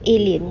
alien